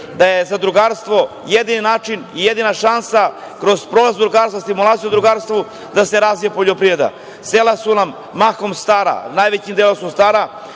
da je zadrugarstvo jedini način i jedina šansa kroz stimulaciju zadrugarstva da se razvije poljoprivreda. Sela su nam mahom stara, najvećim delom su stara